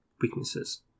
weaknesses